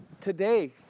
today